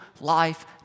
life